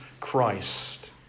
Christ